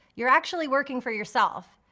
you're actually working for yourself.